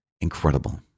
incredible